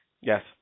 Yes